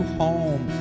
home